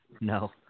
no